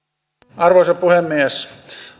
arvoisa puhemies